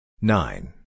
nine